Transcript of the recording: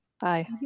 Bye